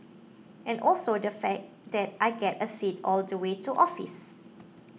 and also the fact that I get a seat all the way to office